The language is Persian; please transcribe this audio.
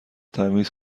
تمیز